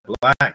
Black